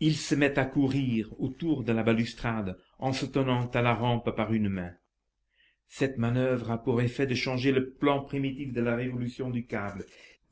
il se met à courir autour de la balustrade en se tenant à la rampe par une main cette manoeuvre a pour effet de changer le plan primitif de la révolution du câble